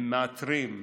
הם מאתרים,